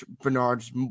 Bernard's